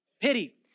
Pity